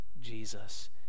jesus